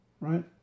right